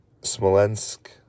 Smolensk